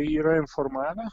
yra informavę